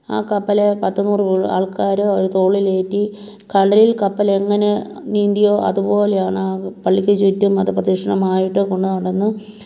ആ കപ്പൽ പത്ത് നൂറ് ആൾക്കാർ തോളിലേറ്റി കടലിൽ കപ്പൽ എങ്ങനെ നീന്തിയോ അതുപോലെയാണ് ആ പള്ളിക്ക് ചുറ്റും അത് പ്രദിക്ഷണമായിട്ട് കൊണ്ട് നടന്ന്